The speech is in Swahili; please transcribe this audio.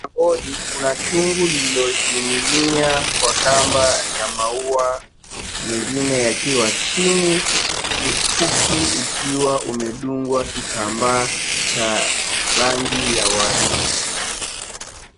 Jikoni kuna chungu lililoning'inia kwa kamba ya maua, mingine yakiwa chini, mkuki ukiwa umedungwa kitambaa cha rangi ya waridi.